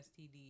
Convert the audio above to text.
STDs